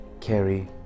Carrie